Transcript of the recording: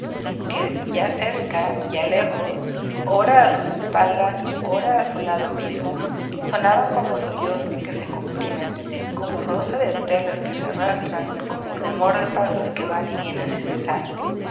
que ya cerca ya lejos ora á sus espaldas ora á su lado mismo sonaban como sollozos que se comprimen como roce de telas que se arrastran como rumor de pasos que van y vienen sin cesar